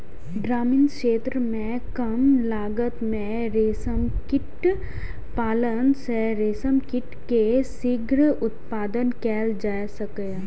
ग्रामीण क्षेत्र मे कम लागत मे रेशम कीट पालन सं रेशम कीट के शीघ्र उत्पादन कैल जा सकैए